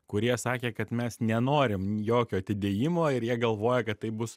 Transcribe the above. kurie sakė kad mes nenorim jokio atidėjimo ir jie galvoja kad taip bus